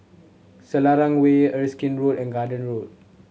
Selarang Way Erskine Road and Garden Road